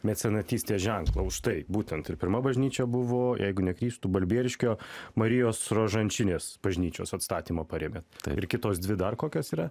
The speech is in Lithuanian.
mecenatystės ženklą už tai būtent ir pirma bažnyčia buvo jeigu nekrystu balbieriškio marijos rožančinės bažnyčios atstatymą parėmėt ir kitos dvi dar kokios yra